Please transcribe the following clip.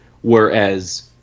Whereas